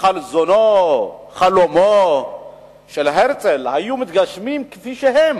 חזונו וחלומו של הרצל היו מתגשמים כפי שהם,